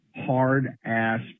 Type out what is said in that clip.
Hard-ass